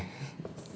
meh